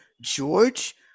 George